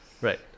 Right